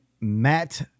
Matt